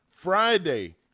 Friday